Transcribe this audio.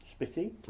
spitty